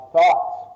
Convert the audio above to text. Thoughts